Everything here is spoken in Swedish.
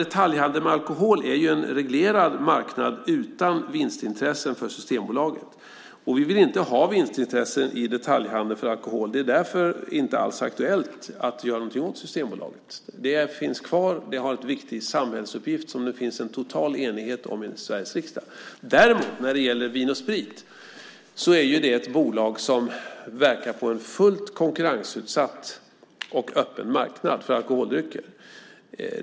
Detaljhandeln med alkohol är en reglerad marknad, utan vinstintressen för Systembolaget, och vi vill inte ha vinstintressen i detaljhandeln för alkohol. Därför är det heller inte aktuellt att göra något åt Systembolaget. Det finns kvar. Det har en viktig samhällsuppgift, och det finns total enighet om det i Sveriges riksdag. Vin & Sprit, däremot, är ett bolag som verkar på en fullt konkurrensutsatt och öppen marknad för alkoholdrycker.